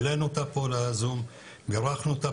העלנו אותה פה לזום ובירכנו אותה.